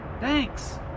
Thanks